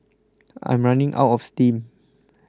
I'm running out of steam